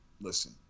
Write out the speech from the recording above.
Listen